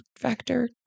factor